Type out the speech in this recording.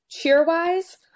Cheer-wise